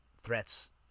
threats